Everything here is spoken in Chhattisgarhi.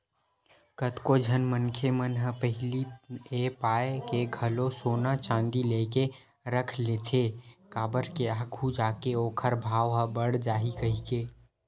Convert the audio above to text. कतको झन मनखे मन ह पहिली ए पाय के घलो सोना चांदी लेके रख लेथे काबर के आघू जाके ओखर भाव ह बड़ जाही कहिके